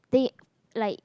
deep like